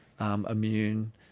immune